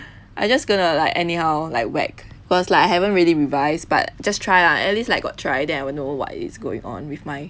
I just gonna like anyhow like whack cause like I haven't really revised but just try lah at least like got try then I will know what is going on with my